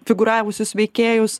figūravusius veikėjus